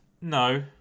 No